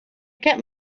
kept